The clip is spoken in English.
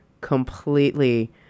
completely